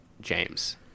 James